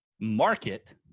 market